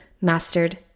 mastered